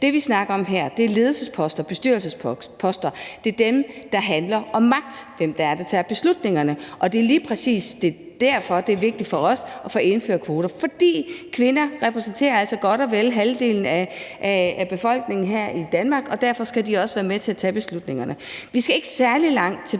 som vi snakker om her, er ledelsesposter og bestyrelsesposter, og det er dem, der handler om magt, og hvem der tager beslutningerne, og det er lige præcis derfor, det er vigtigt for os at få indført kvoter. For kvinderne repræsenterer altså godt og vel halvdelen af befolkningen her i Danmark, og derfor skal de også være med til at tage beslutningerne. Vi skal ikke særlig lang tid